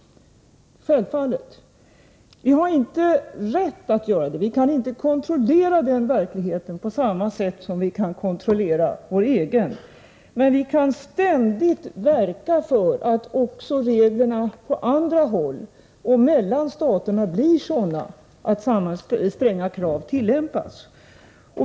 Vi kan inte — och vi har inte rätt att göra det — kontrollera verkligheten utanför oss på samma sätt som vi kan kontrollera vår egen verklighet, men vi kan ständigt verka för att också reglerna på andra håll och mellan staterna blir sådana att samma stränga krav tillämpas.